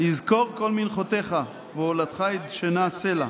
יזכֺּר כל מנחֺתך ועולתך ידשנה סלה.